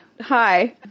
hi